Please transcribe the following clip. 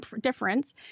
difference